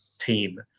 team